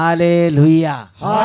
Hallelujah